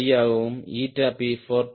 5 ஆகவும் P 4